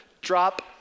Drop